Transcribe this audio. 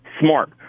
Smart